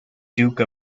duke